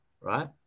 Right